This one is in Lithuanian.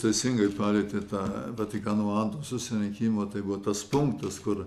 teisingai palietėt tą vatikano antro susirinkimą tai buvo tas punktas kur